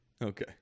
Okay